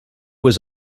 was